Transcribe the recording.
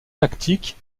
tactique